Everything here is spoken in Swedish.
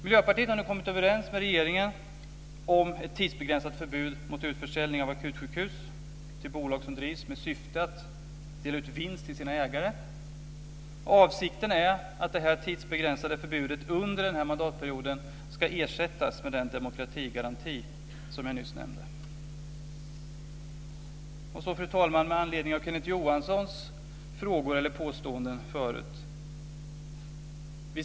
Miljöpartiet har nu kommit överens med regeringen om ett tidsbegränsat förbud mot utförsäljning av akutsjukhus till bolag som drivs med syfte att dela ut vinst till sina ägare. Avsikten är att detta tidsbegränsade förbudet under denna mandatperiod ska ersättas med den demokratigaranti som jag nyss nämnde. Fru talman! Med anledning av Kenneth Johanssons frågor eller påstående tidigare vill jag säga följande.